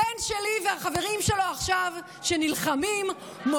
הבן שלי והחברים שלו שנלחמים עכשיו